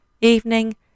evening